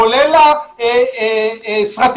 כולל הצגות,